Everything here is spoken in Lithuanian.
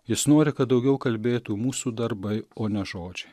jis nori kad daugiau kalbėtų mūsų darbai o ne žodžiai